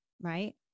right